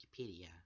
Wikipedia